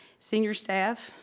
senior staff,